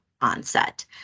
onset